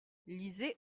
lisez